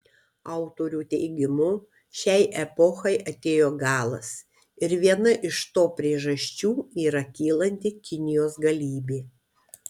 autorių teigimu šiai epochai atėjo galas ir viena iš to priežasčių yra kylanti kinijos galybė